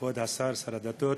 כבוד השר, שר הדתות,